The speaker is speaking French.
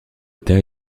état